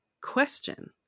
question